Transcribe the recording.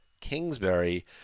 Kingsbury